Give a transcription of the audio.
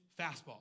fastball